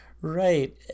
Right